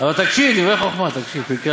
אבל תקשיב, דברי חוכמה, פרקי